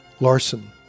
Larson